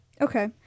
Okay